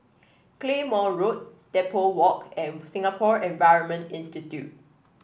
Claymore Road Depot Walk and Singapore Environment Institute